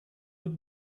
with